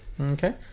Okay